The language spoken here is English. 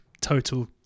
total